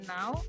now